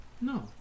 No